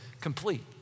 complete